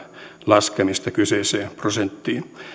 laskemista kyseiseen prosenttiin